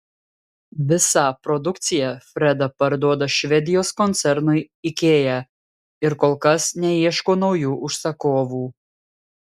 visą produkciją freda parduoda švedijos koncernui ikea ir kol kas neieško naujų užsakovų